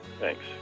Thanks